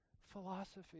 Philosophy